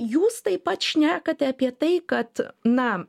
jūs taip pat šnekate apie tai kad na